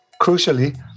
crucially